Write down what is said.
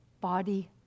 body